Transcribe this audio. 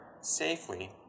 safely